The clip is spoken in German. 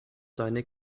seine